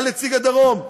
בכלל נציג הדרום,